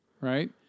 right